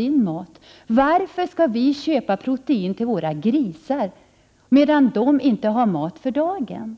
1988/89:129 Varför skall vi köpa protein till våra grisar medan dessa människor inte har mat för dagen?